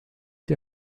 die